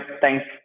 Thanks